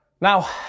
Now